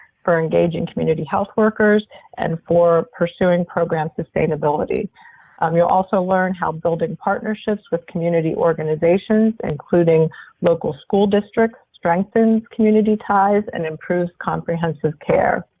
for engaging community health workers and for pursuing program sustainability and um you'll also learn how building partnerships with community organizations, including local school districts, strengthens community ties and improves comprehensive care.